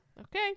Okay